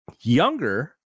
younger